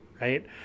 Right